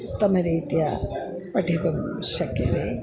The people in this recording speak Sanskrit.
उत्तमरीत्या पठितुं शक्यते